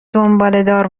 دنبالهدار